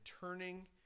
turning